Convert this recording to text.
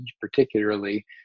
particularly